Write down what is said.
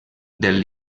del